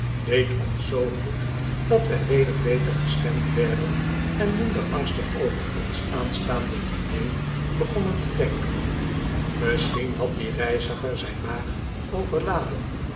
deed ons zoo goed dat wij weder beter gestemd werden on minder angstig over ons aanstaande diner begonnen te denken misschien had die reiziger zijn maag overladen